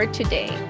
today